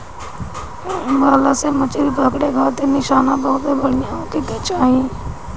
भाला से मछरी पकड़े खारित निशाना बहुते बढ़िया होखे के चाही